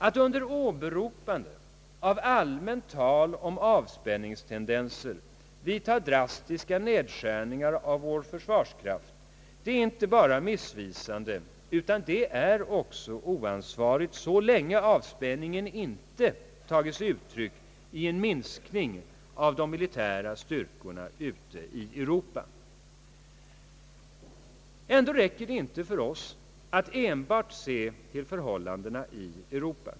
Att under åberopande av allmänt tal om avspänningstendenser vidtaga drastiska nedskärningar i vår försvarskraft är inte bara missvisande utan också oansvarigt, så länge avspänningen inte tar sig uttryck i en minskning av de militära styrkorna ute i Europa. Ändå räcker det inte för oss att enbart se till förhållandena i Europa.